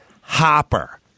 hopper